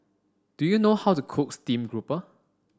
do you know how to cook steamed grouper